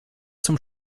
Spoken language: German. zum